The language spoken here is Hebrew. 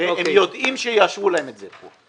הרי הם יודעים שיאשרו להם את זה כאן.